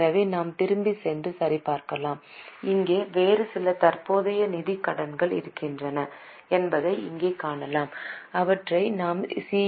எனவே நாம் திரும்பிச் சென்று சரிபார்க்கலாம் இங்கே வேறு சில தற்போதைய நிதிக் கடன்கள் இருந்தன என்பதை இங்கே காணலாம் அவற்றை நாம் சி